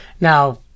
Now